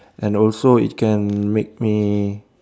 and also it can make me